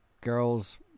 girls